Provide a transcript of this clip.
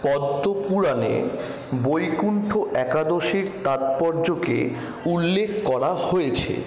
পদ্ম পুরাণে বৈকুন্ঠ একাদশীর তাৎপর্যকে উল্লেখ করা হয়েছে